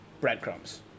breadcrumbs